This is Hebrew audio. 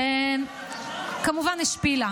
שכמובן השפילה,